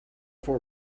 for